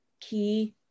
key